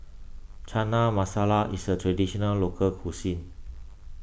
Chana Masala is a Traditional Local Cuisine